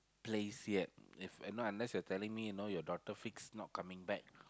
place yet if and not unless you're telling me you know your daughter fixed not coming back